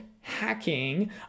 hacking